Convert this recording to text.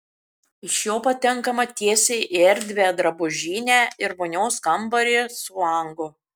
iš jo patenkama tiesiai į erdvią drabužinę ir vonios kambarį su langu